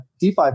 DeFi